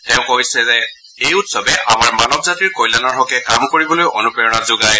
তেওঁ কয় যে এই উৎসৱে আমাৰ মানৱজাতিৰ কল্যাণৰ হকে কাম কৰিবলৈ অনুপ্ৰেৰণা যোগায়